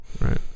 Right